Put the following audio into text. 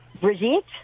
Brigitte